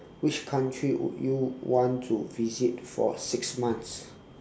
which country would you want to visit for six months